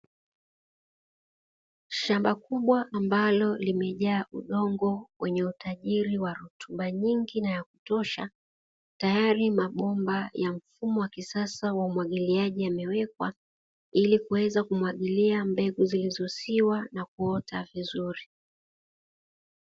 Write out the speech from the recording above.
Shamba kubwa ambalo limejaa udongo wenye utajiri wa rutuba nyingi na ya kutosha, tayari mabomba ya mfumo wa kisasa wa umwagiliaji yamewekwa, ili kuweza kumwagilia mbegu zilizosiwa na kuota vizuri.